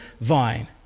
vine